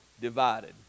divided